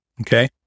Okay